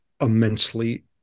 immensely